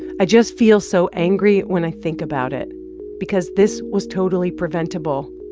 i just feel so angry when i think about it because this was totally preventable.